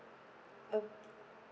okay